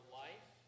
life